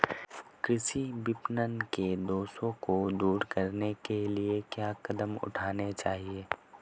कृषि विपणन के दोषों को दूर करने के लिए क्या कदम उठाने चाहिए?